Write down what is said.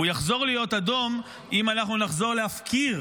והוא יחזור להיות אדום אם אנחנו נחזור להפקיר